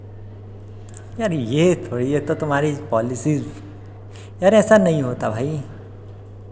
यार ये थोड़े है ये तुम्हारी पॉलिसीज़ यार ऐसा नहीं होता है भाई